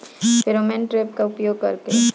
Pheromone trap का उपयोग कर के?